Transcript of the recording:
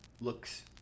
looks